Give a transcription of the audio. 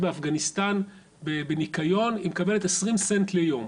באפגניסטן בניקיון והיא מקבלת 20 סנט ליום,